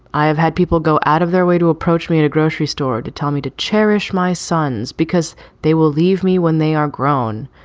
i have had people go out of their way to approach me in a grocery store, to tell me to cherish my sons because they will leave me when they are grown.